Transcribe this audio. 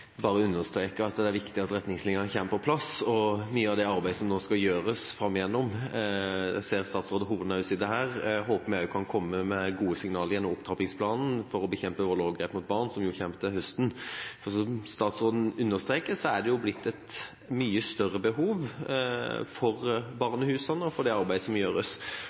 bare understreke at det er viktig at retningslinjene kommer på plass. Jeg ser at statsråd Horne også sitter her – i mye av det arbeidet som skal gjøres framover, håper vi at det kan komme gode signaler gjennom opptrappingsplanen for å bekjempe vold og overgrep mot barn, som kommer til høsten. Som statsråden understreker, har det blitt et mye større behov for barnehusene og for det arbeidet som gjøres.